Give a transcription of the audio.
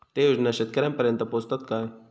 ते योजना शेतकऱ्यानपर्यंत पोचतत काय?